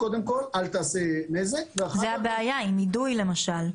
נזק, אל תעשה נזק --- זאת הבעיה עם אידוי למשל.